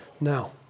Now